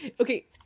Okay